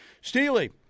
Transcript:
Steely